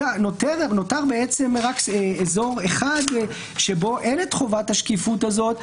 נותר רק אזור אחד שבו אין חובת השקיפות הזאת,